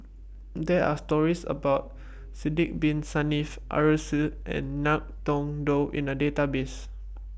There Are stories about Sidek Bin Saniff Arasu and Ngiam Tong Dow in The Database